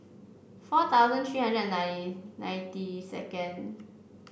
four thousand three hundred and ninety second